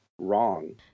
wrong